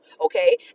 Okay